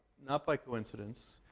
not by coincidence,